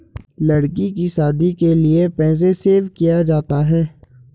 लड़की की शादी के लिए पैसे सेव किया जाता है